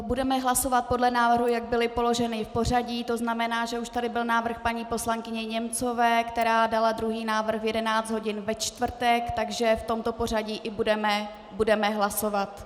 Budeme hlasovat podle návrhu, jak byly položeny v pořadí, to znamená, že už tady byl návrh paní poslankyně Němcová, která dala druhý návrh na 11 hodin ve čtvrtek, takže v tomto pořadí i budeme hlasovat.